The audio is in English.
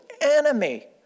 enemy